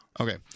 Okay